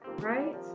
right